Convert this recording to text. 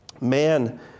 Man